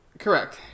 correct